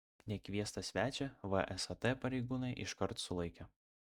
nekviestą svečią vsat pareigūnai iškart sulaikė